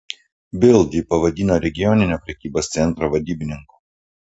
bild jį pavadino regioninio prekybos centro vadybininku